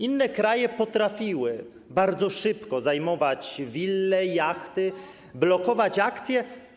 Inne kraje potrafiły bardzo szybko zajmować wille, jachty, blokować akcje.